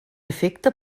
efecte